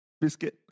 biscuit